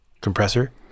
compressor